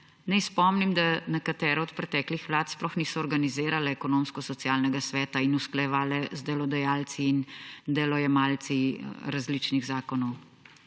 Naj spomnim, da nekatere od preteklih vlad sploh niso organizirale Ekonomsko-socialnega sveta in usklajevale z delodajalci in delojemalci različnih zakonov.